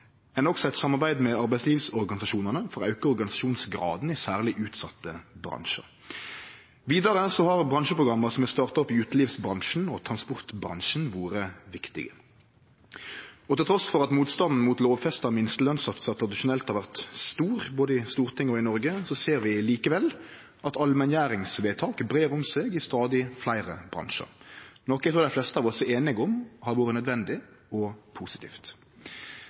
Ein har også eit samarbeid med arbeidslivsorganisasjonane for å auke organisasjonsgraden i særleg utsette bransjar. Vidare har bransjeprogramma som er starta opp i utelivsbransjen og transportbransjen, vore viktige. Og trass i at motstanden mot lovfesta minstelønssatsar tradisjonelt har vore stor både i Stortinget og i Noreg, ser vi at allmenngjeringsvedtak breier om seg i stadig fleire bransjar, noko dei fleste av oss er einige om har vore nødvendig og positivt.